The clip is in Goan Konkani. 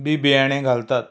बी बियाणे घालतात